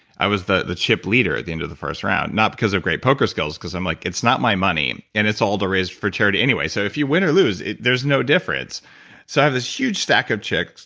i was the the chip leader at the end of the first round. not because of great poker skills because i'm like, it's not my money. and it's all to raise for charity anyways, so if you win or lose, there's no difference so i have this huge stack of chips,